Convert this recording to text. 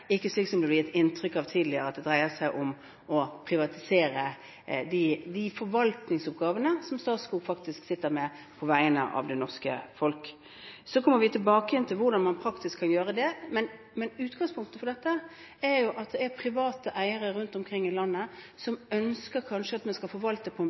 ikke slik som det ble gitt inntrykk av tidligere, at det dreier seg om å privatisere de forvaltningsoppgavene som Statskog sitter med, på vegne av det norske folk. Så kommer vi tilbake til hvordan man praktisk kan gjøre det, men utgangspunktet for dette er at det er private eiere rundt omkring i landet som kanskje ønsker at man skal forvalte på